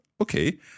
Okay